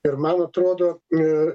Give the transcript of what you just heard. ir man atrodo i